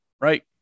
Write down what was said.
right